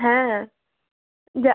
হ্যাঁ যা